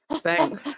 thanks